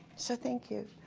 so, thank you.